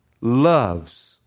loves